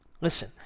Listen